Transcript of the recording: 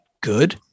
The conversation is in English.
good